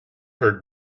heard